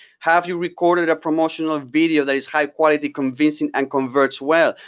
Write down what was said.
have you recorded a promotional video that is high quality, convincing, and converts well?